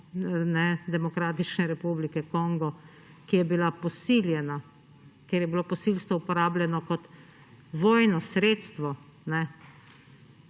Demokratične republike Kongo, ki je bila posiljena, kjer je bilo posilstvo uporabljeno kot vojno sredstvo,